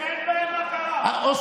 זה לא שלך.